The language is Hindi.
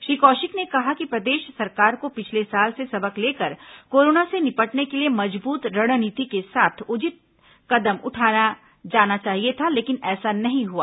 श्री कौशिक ने कहा कि प्रदेश सरकार को पिछले साल से सबक लेकर कोरोना से निपटने के लिए मजबूत रणनीति के साथ उचित कदम उठाया जाना चाहिए था लेकिन ऐसा नहीं हुआ